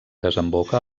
desemboca